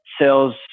sales